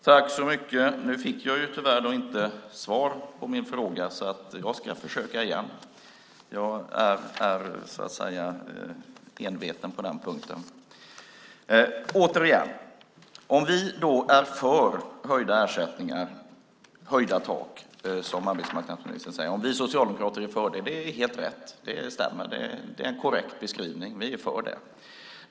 Fru talman! Nu fick jag tyvärr inte svar på min fråga, så jag ska försöka igen. Jag är enveten på den punkten. Återigen, vi socialdemokrater är för höjda ersättningar, höjda tak som arbetsmarknadsministern säger. Det är helt rätt; det är en korrekt beskrivning. Vi är för det.